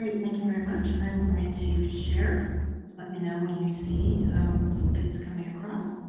um thank you very much. i'm going to share let me know when you see some bits coming across.